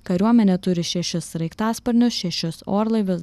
kariuomenė turi šešis sraigtasparnius šešis orlaivius